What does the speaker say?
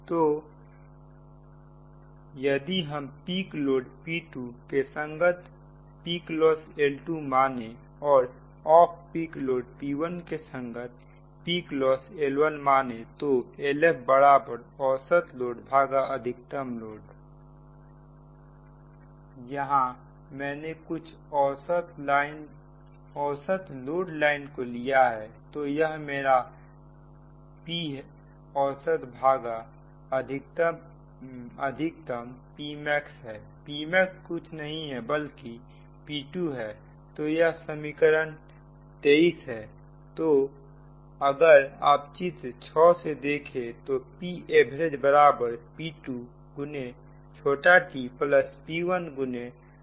तो यदि हम पिक लोड P2 के संगत पीक लॉस L2 माने और ऑफ पीके लोड P1 के संगत पीक लॉस L1 माने तो LFऔसत लोड अधिकतम लोड यहां मैंने कुछ औसत लोड लाइन को लिया है तो यह मेरा P औसत भागा अधिकतम Pmax है Pmax कुछ नहीं बल्कि P2 है तो यह समीकरण 23 है तो अगर आप चित्र 6 से देखें तो Pavgp2tp1T है